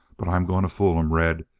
but i'm going to fool em, red.